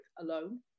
alone